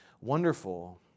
wonderful